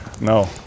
No